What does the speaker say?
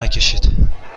نکشید